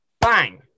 bang